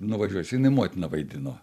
nuvažiuosiu jinai motiną vaidino